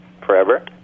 forever